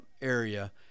area